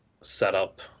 setup